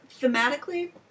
thematically